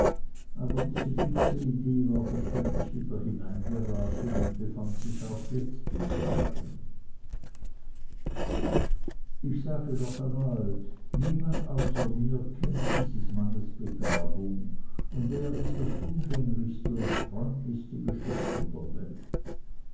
aber diese fixe idee war beständig wieder hineingeraten und befand sich auch jetzt wieder darin ich sage nochmals niemand außer mir kennt dieses mannes begabung und er ist das umgänglichste und freundlichste geschöpf von der welt